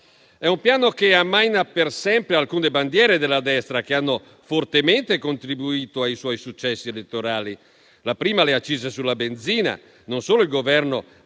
È un piano che ammaina per sempre alcune bandiere della destra che hanno fortemente contribuito ai suoi successi elettorali, prima fra tutte le accise sulla benzina. Non solo il Governo